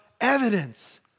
evidence